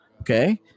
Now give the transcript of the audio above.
okay